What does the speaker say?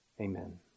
Amen